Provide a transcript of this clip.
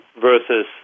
versus